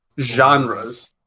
genres